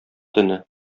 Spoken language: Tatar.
төне